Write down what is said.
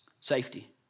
Safety